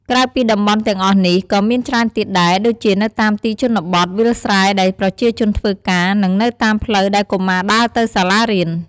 ក្រៅពីតំបន់ទាំងអស់នេះ ក៏មានច្រើនទៀតដែរ ដូចជានៅតាមទីជនបទ វាលស្រែដែលប្រជាជនធ្វើការ និងនៅតាមផ្លូវដែលកុមារដើរទៅសាលារៀន ។